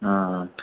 अ